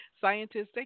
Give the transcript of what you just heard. scientists